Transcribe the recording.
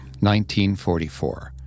1944